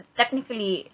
technically